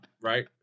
right